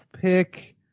pick